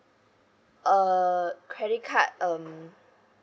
uh credit card um